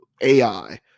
AI